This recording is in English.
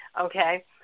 okay